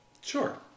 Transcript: Sure